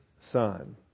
Son